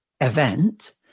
event